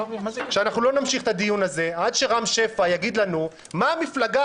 שאנחנו לא נמשיך את הדיון הזה עד שרם שפע יגיד לנו מהי המפלגה